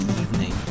evening